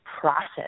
process